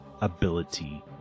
ability